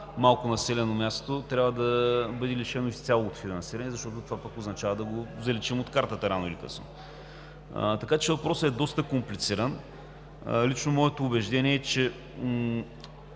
малко населено място трябва да бъде лишено изцяло от финансиране, защото пък значи да го заличим от картата рано или късно. Така че въпросът е доста комплициран. Лично моето убеждение е, че